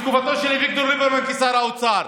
הייתה בתקופתו של אביגדור ליברמן כשר האוצר.